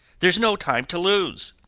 there's no time to lose.